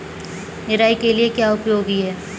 निराई के लिए क्या उपयोगी है?